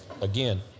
again